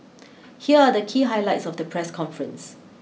here are the key highlights of the press conference